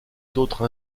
d’autre